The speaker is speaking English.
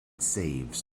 saves